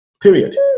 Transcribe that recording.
period